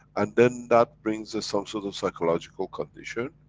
and then, that brings. some sort of psychological condition,